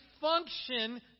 function